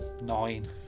Nine